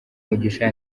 mugisha